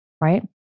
right